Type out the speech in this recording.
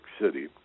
City